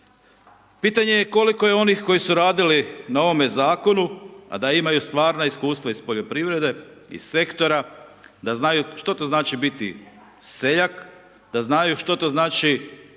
Pitanje je koliko je onih koji su radili na ovome zakonu a da imaju stvarna iskustva iz poljoprivrede, iz sektora, da znaju šta to znači biti seljak, da znaju šta to znači